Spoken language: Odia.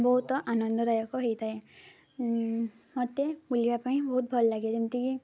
ବହୁତ ଆନନ୍ଦଦାୟକ ହେଇଥାଏ ମୋତେ ବୁଲିବା ପାଇଁ ବହୁତ ଭଲ ଲାଗେ ଯେମିତିକି